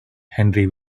henry